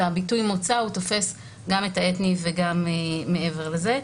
והביטוי מוצא תופס גם את האתני וגם מעבר לזה.